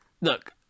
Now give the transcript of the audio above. Look